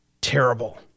terrible